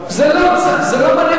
זה לא מעניין,